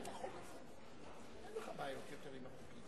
אנחנו עוברים לסעיף הבא,